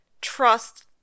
trust